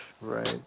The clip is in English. right